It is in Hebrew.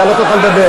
אתה לא תוכל לדבר.